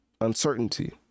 uncertainty